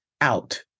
out